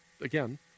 Again